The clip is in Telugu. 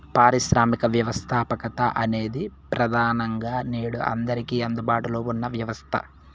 పారిశ్రామిక వ్యవస్థాపకత అనేది ప్రెదానంగా నేడు అందరికీ అందుబాటులో ఉన్న వ్యవస్థ